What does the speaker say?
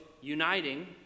uniting